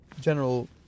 general